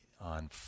on